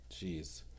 Jeez